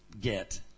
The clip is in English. get